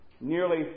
nearly